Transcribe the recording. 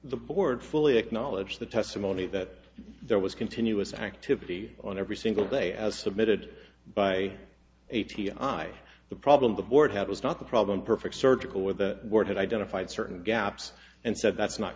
the board fully acknowledged the testimony that there was continuous activity on every single day as submitted by a t a i the problem the board had was not the problem perfect surgical or the board had identified certain gaps and said that's not